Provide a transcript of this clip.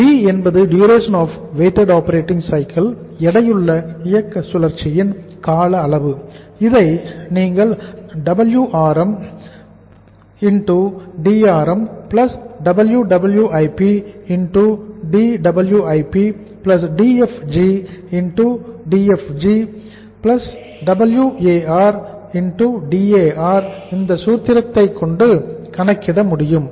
D என்பது duration of weighted operating cycle இந்த சூத்திரத்தை கொண்டு கணக்கிட முடியும்